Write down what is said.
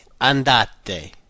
andate